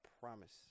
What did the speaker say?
promise